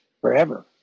forever